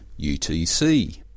UTC